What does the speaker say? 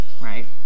right